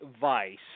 Vice